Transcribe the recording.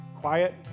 quiet